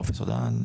פרופסור דהן,